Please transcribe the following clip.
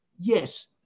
Yes